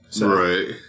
Right